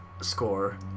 score